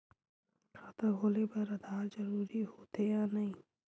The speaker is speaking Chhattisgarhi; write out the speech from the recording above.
खाता खोले बार आधार जरूरी हो थे या नहीं?